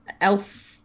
elf